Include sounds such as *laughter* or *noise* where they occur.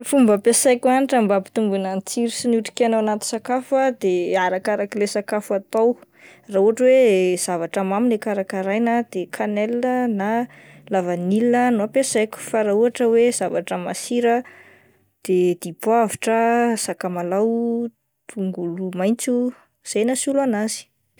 Fomba ampiasaiko hanitra mba hampitoboina ny tsiro sy ny otrikaina ao anaty sakafo ah de arakarak'ilay sakafo atao, raha ohatra hoe zavatra mamy ilay karakaraina de kanelina na lavanila no ampiasaiko, fa raha ohatra hoe zavatra masira de dipoavitra, sakamalaho, tongolo maintso, izay no hasolo an'azy. *noise*